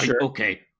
Okay